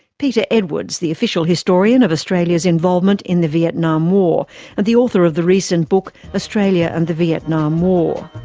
peter edwards, the official historian of australia's involvement in the vietnam war and the author of the recent book australia and the vietnam war.